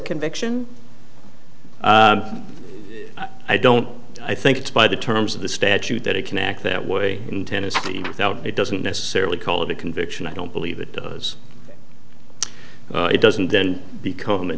conviction i don't i think it's by the terms of the statute that it can act that way in tennessee it doesn't necessarily call it a conviction i don't believe it does it doesn't then become